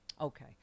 Okay